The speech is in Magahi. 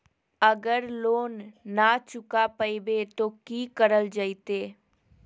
अगर लोन न चुका पैबे तो की करल जयते?